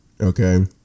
okay